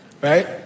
right